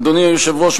אדוני היושב-ראש,